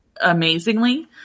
amazingly